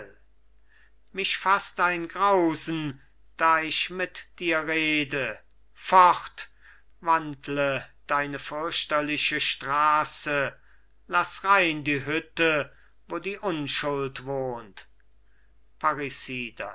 mich fasst ein grausen da ich mit dir rede fort wandle deine fürchterliche straße lass rein die hütte wo die unschuld wohnt